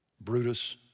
Brutus